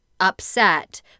Upset